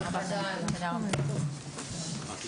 הישיבה ננעלה בשעה 13:04.